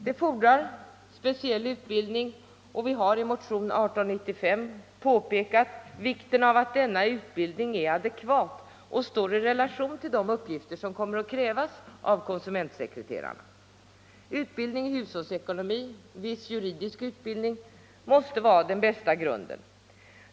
Detta fordrar speciell utbildning, och vi har i motionen 1895 påpekat vikten av att denna utbildning är adekvat och står i relation till de uppgifter som kommer att krävas av en konsumentsekreterare. Utbildning i hushållsekonomi samt viss juridisk utbildning måste vara den bästa grunden.